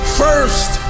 first